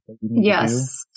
yes